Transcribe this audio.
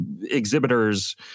exhibitors